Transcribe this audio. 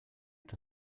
der